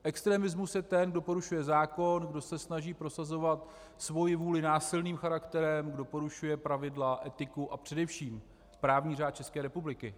Extremista je ten, kdo porušuje zákon, kdo se snaží prosazovat svoji vůli násilným charakterem, kdo porušuje pravidla, etiku a především právní řád České republiky.